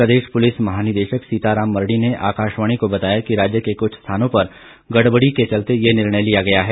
प्रदेश पुलिस महा निदेशक सीता राम मरढ़ी ने आकाशवाणी को बताया कि राज्य के कुछ स्थानों पर गड़बड़ी के चलते ये निर्णय लिया गया है